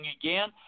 again